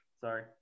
Sorry